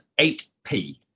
8p